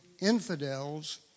infidels